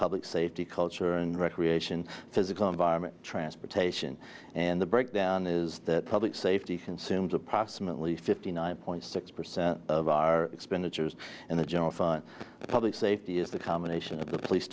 public safety culture and recreation physical environment transportation and the breakdown is the public safety consumes approximately fifty nine point six percent of our expenditures and the general fund public safety is the combination of the police